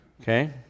Okay